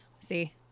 see